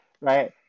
Right